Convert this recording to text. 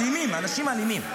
אלימים, אנשים אלימים.